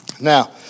Now